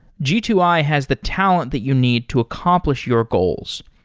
g two i has the talent that you need to accomplish your goals.